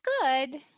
good